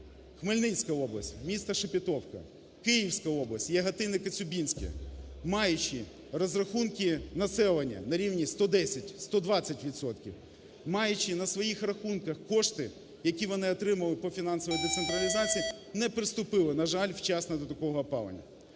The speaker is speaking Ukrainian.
Хмельницька область (місто Шепетівка), Київська область (Яготин, і Коцюбинське), маючи розрахунки населення на рівні 110, 120 відсотків, маючи на своїх рахунках кошти, які вони отримували по фінансовій децентралізації, не приступили, на жаль, вчасно до такого опалення.